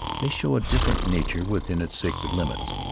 they show a different nature within its sacred limits.